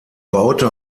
baute